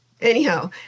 anyhow